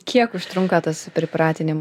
kiek užtrunka tas pripratinimas